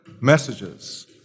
messages